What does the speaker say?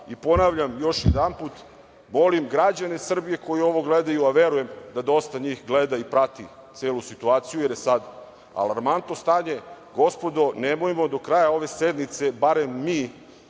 država. Ponavljam još jedanput - molim građane Srbije koji ovo gledaju, a verujem da dosta njih gleda i prati celu situaciju jer je sad alarmantno stanje, gospodo, nemojmo do kraja ove sednice barem mi